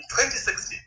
2016